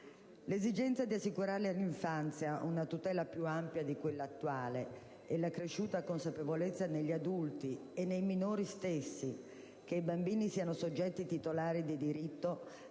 L'esigenza di assicurare all'infanzia una tutela più ampia di quella attuale e l'accresciuta consapevolezza negli adulti, e nei minori stessi, che i bambini sono soggetti titolari di diritto,